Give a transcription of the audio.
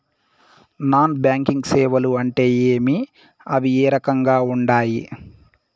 non banking సేవలు అంటే ఏమి అవి ఏ రకంగా ఉండాయి